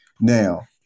Now